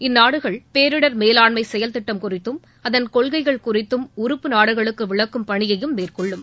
இந்நாடுகள் பேரிடர் மேலாண்மை செயல் திட்டம் குறித்தும் அதன் கொள்கைகள் குறித்தும் உறுப்பு நாடுகளுக்கு விளக்கும் பணியையும் மேற்கொள்ளும்